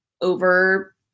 over